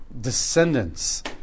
descendants